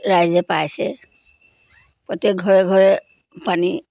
ৰাইজে পাইছে প্ৰত্যেক ঘৰে ঘৰে পানী